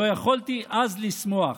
לא יכולתי אז לשמוח.